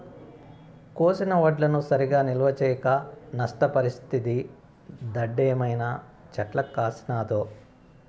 కోసిన వడ్లను సరిగా నిల్వ చేయక నష్టపరిస్తిది దుడ్డేమైనా చెట్లకు కాసినాదో